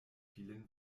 vielen